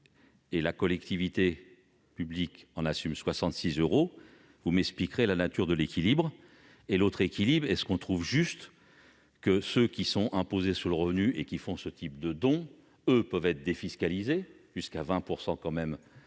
la collectivité publique en assume 66 euros, vous m'expliquerez la nature de l'équilibre ! En outre trouve-t-on juste que ceux qui sont imposés sur le revenu et qui font ce type de dons puissent être défiscalisés jusqu'à 20 % de la somme,